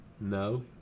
No